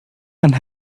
and